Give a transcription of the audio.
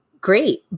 great